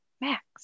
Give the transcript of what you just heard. max